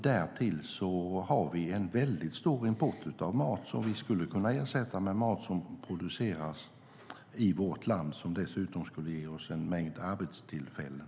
Därtill har vi en stor import av mat som vi skulle kunna ersätta med mat som produceras i vårt land. Det skulle dessutom ge oss en mängd arbetstillfällen.